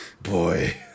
Boy